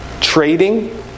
trading